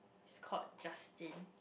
he's called Justin